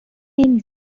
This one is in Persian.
نمی